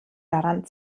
daran